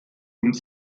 und